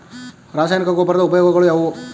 ರಾಸಾಯನಿಕ ಗೊಬ್ಬರದ ಉಪಯೋಗಗಳು ಯಾವುವು?